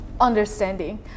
understanding